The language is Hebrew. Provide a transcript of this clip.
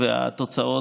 והתוצאות,